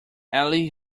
eli